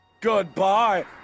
Goodbye